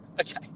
okay